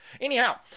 anyhow